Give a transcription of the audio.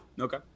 Okay